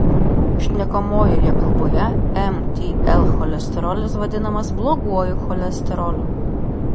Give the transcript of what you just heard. šnekamojoje kalboje mtl cholesterolis vadinamas bloguoju cholesteroliu